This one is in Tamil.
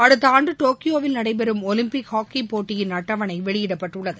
அடுத்த ஆண்டு டோக்யோவில் நடைபெறும் ஒலிம்பிக் ஹாக்கி போட்டியின் அட்டவணை வெளியிடப்பட்டுள்ளது